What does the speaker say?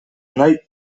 nahi